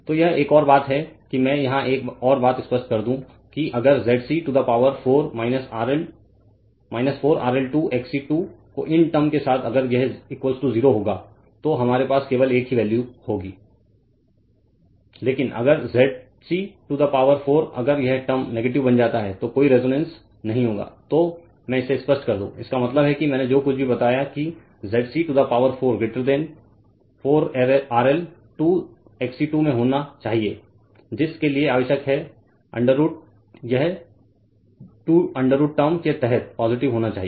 तो यह एक और बात है कि मैं यहाँ एक और बात स्पष्ट कर दूं कि अगर ZC to the power 4 4 RL 2 XC 2 को इन टर्म के साथ अगर यह 0 होगा तो हमारे पास केवल एक ही वैल्यू l होगी लेकिन अगर ZC टू दा पावर 4 अगर यह टर्म नेगेटिव बन जाता है तो कोई रेजोनेंस नहीं होगा तो मैं इसे स्पष्ट कर दूं इसका मतलब है कि मैंने जो कुछ भी बताया कि ZC to the power 4 4 RL 2 XC2 में होना चाहिए जिस के लिए आवश्यक √ यह २ √ टर्म के तहत पॉजिटिव होना चाहिए